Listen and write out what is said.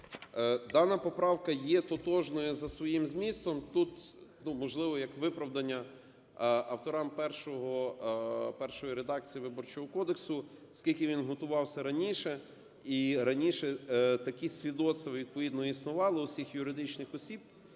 Дана поправка є тотожною за своїм змістом. Тут, можливо, як виправдання авторам першої редакції Виборчого кодексу, оскільки він готувався раніше. І раніше такі свідоцтва, відповідно, існували у всіх юридичних осіб,